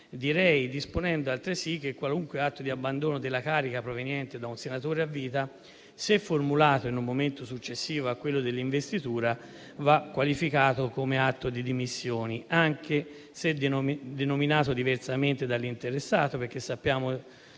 direi, disponendo altresì che qualunque atto di abbandono della carica proveniente da un senatore a vita, se formulato in un momento successivo a quello dell'investitura, va qualificato come atto di dimissioni, anche se denominato diversamente dall'interessato, perché sappiamo